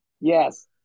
Yes